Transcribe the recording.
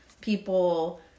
people